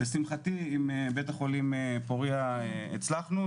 לשמחתי עם בית החולים פוריה המלחנו,